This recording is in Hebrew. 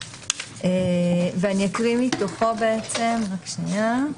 ואני אקריא מתוכו בעצם, רק שנייה.